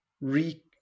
re